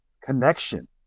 connection